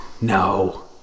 No